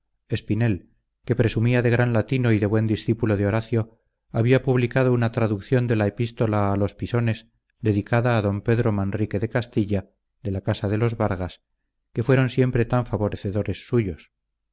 espinel que presumía de gran latino y de buen discípulo de horacio había publicado una traducción de la epístola a los pisones dedicada a d pedro manrique de castilla de la casa de los vargas que fueron siempre tan favorecedores suyos